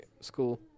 school